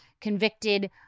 convicted